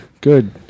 Good